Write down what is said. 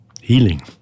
healing